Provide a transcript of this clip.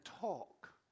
talk